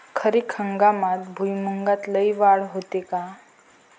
खरीप हंगामात भुईमूगात लई वाढ होते का?